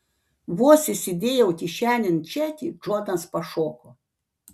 vos įsidėjau kišenėn čekį džonas pašoko